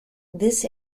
this